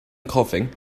coughing